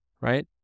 right